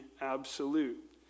absolute